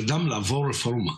הנושא הראשון שעל סדר-היום,